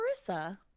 Marissa